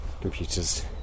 computers